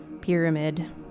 pyramid